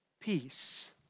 peace